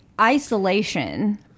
isolation